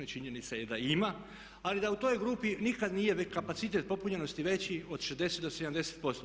I činjenica je da ima ali da u toj grupi nikad nije kapacitet popunjenosti veći od 60-70%